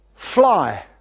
Fly